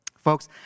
Folks